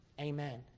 Amen